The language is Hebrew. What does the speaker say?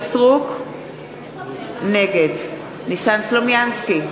נגד ניסן סלומינסקי,